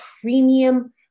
premium